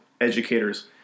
educators